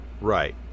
Right